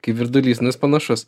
kaip virdulys nu jis panašus